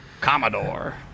Commodore